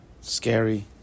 scary